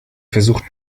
versucht